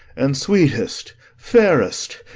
and, sweetest, fairest,